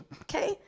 okay